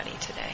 today